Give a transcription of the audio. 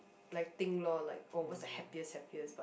like think loh like oh what's the happiest happiest part